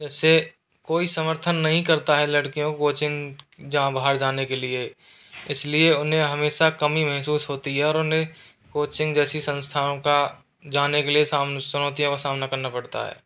इसे कोई समर्थन नहीं करता है लड़कियों कोचिंग जहाँ बाहर जाने के लिए इसलिए उन्हें हमेशा कमी महसूस होती है और उन्हें कोचिंग जैसी संस्थाओं का जाने के लिए चुनौतियों का सामना करना पड़ता है